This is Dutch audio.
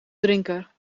drinker